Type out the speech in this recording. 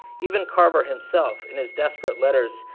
even carver himself, in his desperate letter, so